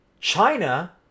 China